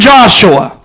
Joshua